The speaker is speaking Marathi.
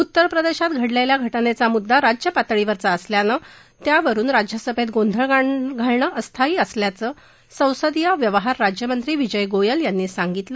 उत्तरप्रदेशात घडलेल्या घटनेचा मुद्दा राज्यपातळीवरचा असल्यानं त्याच्यावरुन राज्यसभेत गोंधळ घालणं अस्थानी असल्याचं संसदीय व्यवहार राज्यमंत्री विजय गोयल यांनी सांगितलं